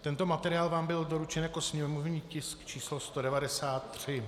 Tento materiál vám byl doručen jako sněmovní tisk č. 193.